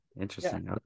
interesting